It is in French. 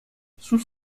sous